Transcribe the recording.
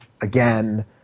again